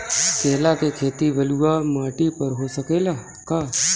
केला के खेती बलुआ माटी पर हो सकेला का?